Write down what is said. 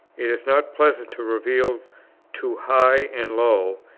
it is not pleasant to reveal to high and low,